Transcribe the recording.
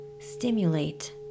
stimulate